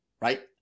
right